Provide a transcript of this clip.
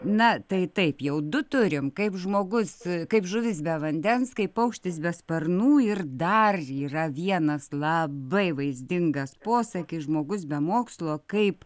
na tai taip jau du turim kaip žmogus kaip žuvis be vandens kaip paukštis be sparnų ir dar yra vienas labai vaizdingas posakis žmogus be mokslo kaip